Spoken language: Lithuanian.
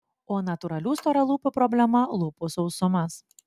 o natūralių storalūpių problema lūpų sausumas